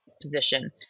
position